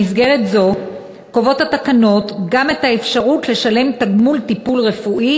במסגרת זו התקנות קובעות גם את האפשרות לשלם תגמול טיפול רפואי